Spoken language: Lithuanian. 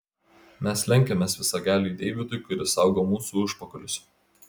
mes lenkiamės visagaliui deividui kuris saugo mūsų užpakalius